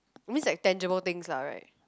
means like tangible things lah right